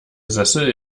sessel